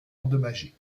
endommagée